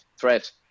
threat